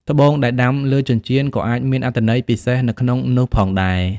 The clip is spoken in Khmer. ត្បូងដែលដាំលើចិញ្ចៀនក៏អាចមានអត្ថន័យពិសេសនៅក្នុងនោះផងដែរ។